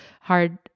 hard